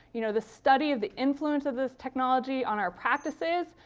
you know the study of the influence of this technology on our practices.